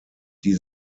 die